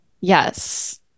yes